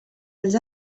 els